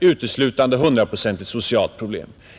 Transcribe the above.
uteslutande som ett socialt problem.